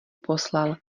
poslal